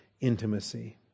intimacy